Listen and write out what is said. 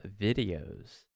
videos